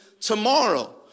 tomorrow